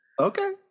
Okay